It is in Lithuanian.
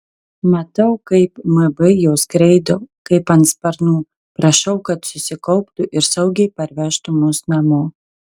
matau kaip mb jau skraido kaip ant sparnų prašau kad susikauptų ir saugiai parvežtų mus namo